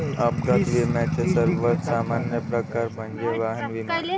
अपघात विम्याचा सर्वात सामान्य प्रकार म्हणजे वाहन विमा